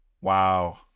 Wow